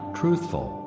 truthful